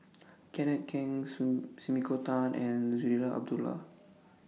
Kenneth Keng Sumiko Tan and Zarinah Abdullah